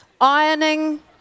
Ironing